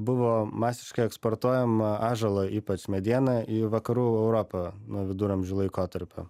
buvo masiškai eksportuojama ąžuolo ypač mediena į vakarų europą nuo viduramžių laikotarpio